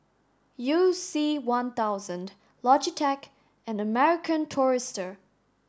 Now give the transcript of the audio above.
you C one thousand Logitech and American Tourister